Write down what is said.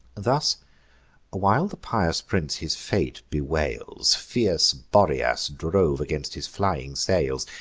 thus while the pious prince his fate bewails, fierce boreas drove against his flying sails,